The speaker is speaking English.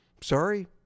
Sorry